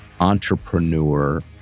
entrepreneur